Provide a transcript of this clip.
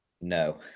no